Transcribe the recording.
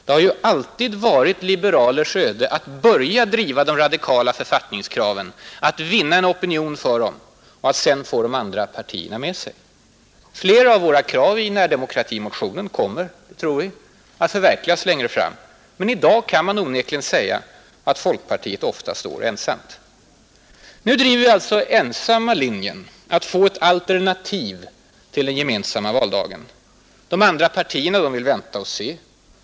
Det har ju alltid varit liberalers öde att börja driva de radikala författningskraven, att vinna en opinion för dem och att sedan få de andra partierna med sig. Vi tror att flera av våra krav i närdemokratimotionen kommer att förverkligas längre fram. Men i dag kan man onekligen säga att folkpartiet ofta står ensamt. Nu driver vi alltså ensamma linjen att få ett alternativ till den gemensamma valdagen. De andra partierna vill vänta och se.